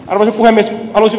arvoisa puhemies